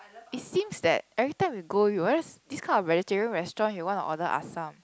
it seems that every time we go you realize this kind of vegetarian restaurant you want to order assam